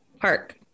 park